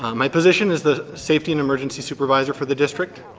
my position is the safety and emergency supervisor for the district.